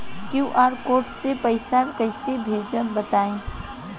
QR code से पईसा कईसे भेजब बताई?